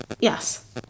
Yes